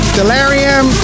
Delirium